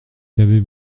qu’avez